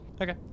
Okay